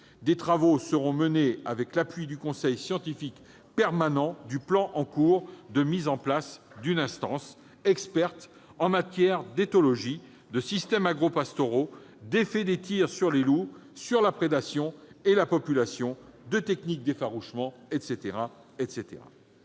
Des travaux seront menés avec l'appui du conseil scientifique permanent du plan. Ce conseil, en cours de mise en place, constituera une instance experte en matière d'éthologie, de systèmes agropastoraux, d'effets des tirs de loups sur la prédation et la population, ou encore de techniques d'effarouchement.